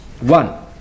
One